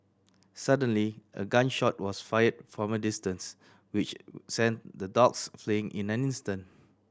suddenly a gun shot was fired from a distance which sent the dogs fleeing in an instant